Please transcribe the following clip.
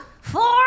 four